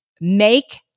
make